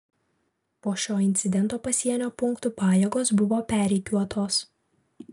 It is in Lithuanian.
po šio incidento pasienio punktų pajėgos buvo perrikiuotos